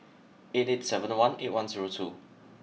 eight eight seven one eight one zero two